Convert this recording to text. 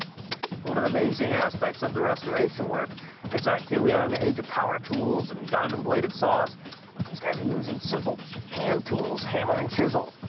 one of the amazing aspects of the restoration work is that here we are in the age of power tools and diamond bladed saws. these guys are using simple hand tools, hammer and chisel,